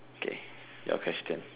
okay your question